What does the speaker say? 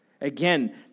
Again